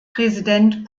präsident